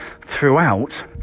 throughout